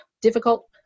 difficult